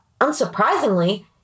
unsurprisingly